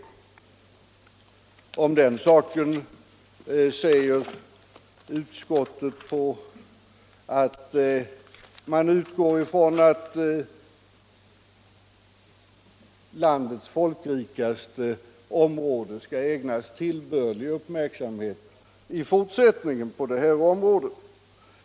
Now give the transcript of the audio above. Om den saken säger utskottet att utskottet utgår från att landets folkrikaste område skall ägnas tillbörlig uppmärksamhet i fortsättningen på det här området.